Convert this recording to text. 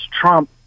Trump